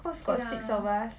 cause got six of us